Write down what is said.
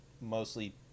mostly